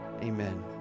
amen